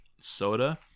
soda